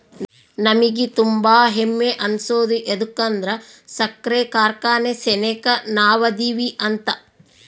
ನಮಿಗೆ ತುಂಬಾ ಹೆಮ್ಮೆ ಅನ್ಸೋದು ಯದುಕಂದ್ರ ಸಕ್ರೆ ಕಾರ್ಖಾನೆ ಸೆನೆಕ ನಾವದಿವಿ ಅಂತ